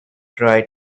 try